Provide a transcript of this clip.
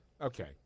Okay